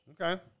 Okay